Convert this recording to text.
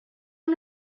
amb